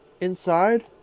inside